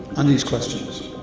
on these questions?